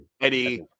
Eddie